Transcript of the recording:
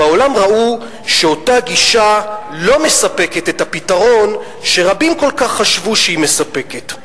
בעולם ראו שאותה גישה לא מספקת את הפתרון שרבים כל כך חשבו שהיא מספקת.